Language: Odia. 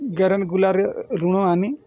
ଗ୍ୟାରେଣ୍ଟ ଗୁଲାରେ ଋଣ ଆନି